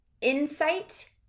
insight